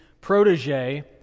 protege